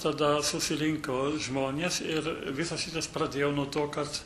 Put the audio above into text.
tada susirinko žmonės ir visas šitas pradėjau nuo to kad